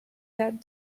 that